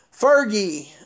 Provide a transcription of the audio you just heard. Fergie